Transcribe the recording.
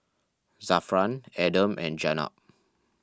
Zafran Adam and Jenab